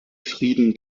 frieden